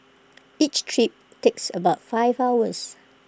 each trip takes about five hours